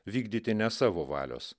vykdyti ne savo valios